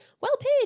well-paid